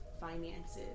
finances